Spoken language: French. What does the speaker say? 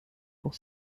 pour